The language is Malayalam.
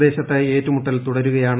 പ്രദേശത്ത് ഏറ്റുമുട്ടൽ തുടരുകയാണ്